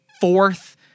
fourth